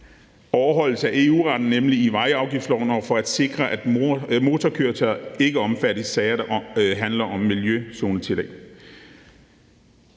overholdelse af EU-retten, nemlig i forhold til vejafgiftsloven og for at sikre, at motorkøretøjer ikke omfattes i sager, der handler om miljøzonetillæg.